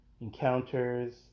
encounters